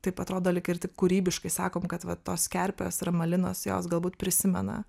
taip atrodo lyg ir taip kūrybiškai sakom kad va tos kerpės ramalinos jos galbūt prisimena